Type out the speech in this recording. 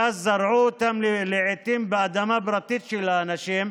ואז שתלו אותם לעיתים באדמה פרטית של האנשים.